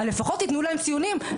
אבל לפחות תיתנו להם ציונים,